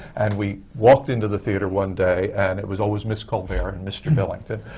and we walked into the theatre one day, and it was always miss colbert and mr. billington.